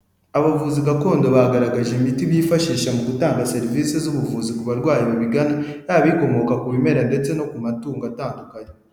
Abavuzi gakondo bagaragaje imiti bifashisha mu gutanga serivisi z'ubuvuzi ku barwayi babigana yaba ikomoko ku bimera ndetse no ku matungo atandukanye.